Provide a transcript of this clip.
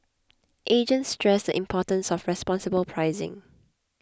agents stress the importance of responsible pricing